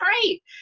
great